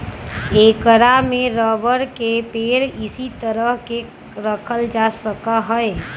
ऐकरा में रबर के पेड़ इसी तरह के रखल जा सका हई